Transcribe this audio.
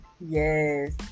yes